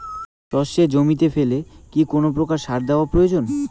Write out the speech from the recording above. সর্ষে জমিতে ফেলে কি কোন প্রকার সার দেওয়া প্রয়োজন?